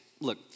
look